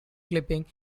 clipping